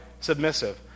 submissive